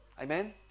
Amen